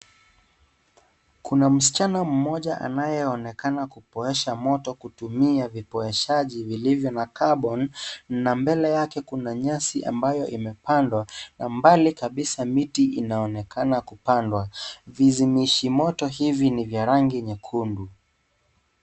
Kuna msichana mmoja anayeonekana kuponesha moto kutumia vipoeshaji vilivyo na carbon na mbele yake kuna nyasi ambayo imepandwa, na mbali kabisa miti inaonekana kupandwa. Vizimishi moto hivi ni vya rangi nyekundu.